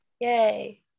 Yay